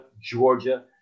Georgia